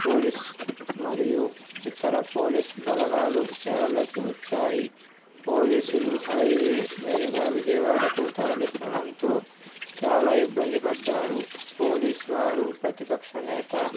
police మరియు ఇతర police బలగాలు సేవలోకి వచ్చాయి పోలీసులు హైవే మీదుగా విజయవాడకు తరలించడంతో చాలా ఇబ్బంది పడ్డారు పోలీస్ వారు ప్రతిపక్షనేత